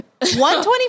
125